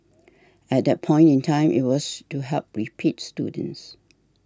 at that point in time it was to help repeat students